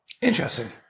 Interesting